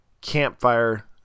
campfire